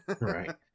right